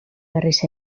berriz